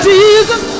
Jesus